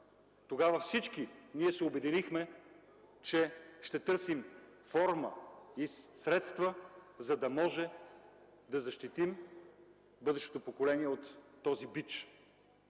Тогава всички ние се обединихме, че ще търсим форма и средства, за да може да защитим бъдещото поколение от този бич.